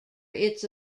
its